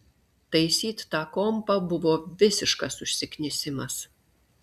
taisyt tą kompą buvo visiškas užsiknisimas